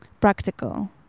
practical